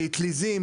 לאטליזים,